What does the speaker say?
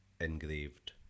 engraved